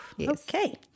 Okay